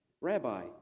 Rabbi